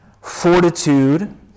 fortitude